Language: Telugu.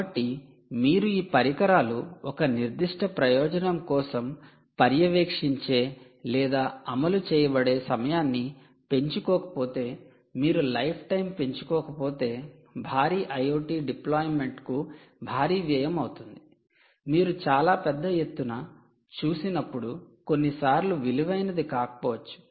కాబట్టి మీరు ఈ పరికరాలు ఒక నిర్దిష్ట ప్రయోజనం కోసం పర్యవేక్షించే లేదా అమలు చేయబడే సమయాన్ని పెంచుకోకపోతే మీరు లైఫ్ టైం పెంచుకోకపోతే భారీ IoT డిప్లొయిమెంట్ కు భారీ వ్యయం అవుతుంది మీరు చాలా పెద్ద ఎత్తున చూసినప్పుడు కొన్నిసార్లు విలువైనది కాకపోవచ్చు